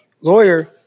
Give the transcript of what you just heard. lawyer